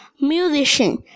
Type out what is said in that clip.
Musician